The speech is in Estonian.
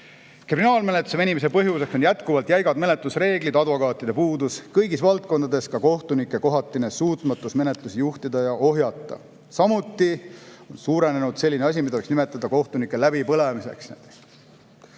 Kriminaalmenetluse venimise põhjuseks on jätkuvalt jäigad menetlusreeglid, advokaatide puudus, kõigis valdkondades ka kohtunike kohatine suutmatus menetlusi juhtida ja ohjata. Samuti on suurenenud selline asi, mida võiks nimetada kohtunike läbipõlemiseks.